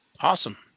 Awesome